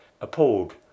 appalled